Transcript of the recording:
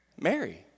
Mary